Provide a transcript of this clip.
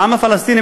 העם הפלסטיני,